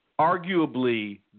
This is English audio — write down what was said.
arguably